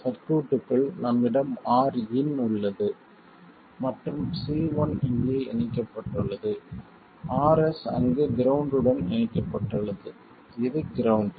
சர்க்யூட்க்குள் நம்மிடம் Rin உள்ளது மற்றும் C1 இங்கே இணைக்கப்பட்டுள்ளது Rs அங்கு கிரவுண்ட் உடன் இணைக்கப்பட்டுள்ளது இது கிரவுண்ட்